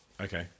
Okay